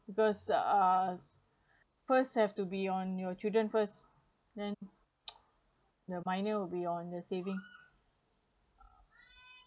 because uh first have to be on your children first then the minor will be on the savings